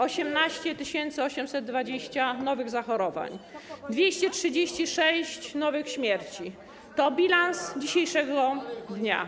18 820 nowych zachorowań, 236 nowych śmierci to bilans dzisiejszego dnia.